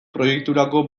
proiekturako